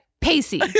Pacey